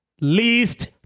least